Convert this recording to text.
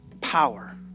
power